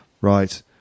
Right